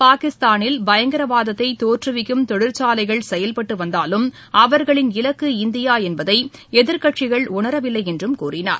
பாகிஸ்தாளில் பயங்கரவாதத்தைதோற்றுவிக்கும் தொழிற்சாலைகள் செயல்பட்டுவந்தாலும் அவர்களின் இலக்கு இந்தியாஎன்பதைதிர்க்கட்சிகள் உணரவில்லைஎன்றும் கூறினார்